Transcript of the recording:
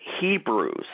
Hebrews